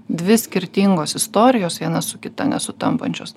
dvi skirtingos istorijos viena su kita nesutampančios